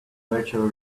virtual